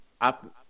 Up